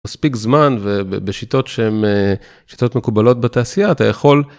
מספיק זמן ובשיטות שהן, שיטות מקובלות בתעשייה אתה יכול.